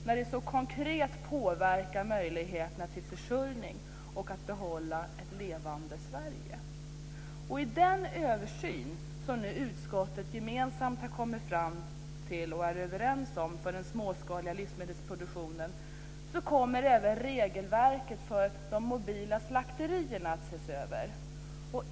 Det påverkar konkret möjligheterna till försörjning och att behålla ett levande Sverige. I den översyn av den småskaliga livsmedelsproduktionen, som utskottet nu gemensamt har kommit fram till, kommer även regelverket för de mobila slakterierna att ses över.